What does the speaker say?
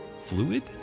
fluid